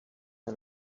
and